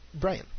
Brian